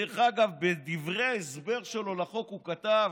דרך אגב, בדברי ההסבר שלו לחוק הוא כתב,